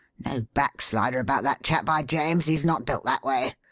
no backslider about that chap, by james! he's not built that way.